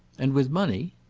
and with money?